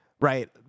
right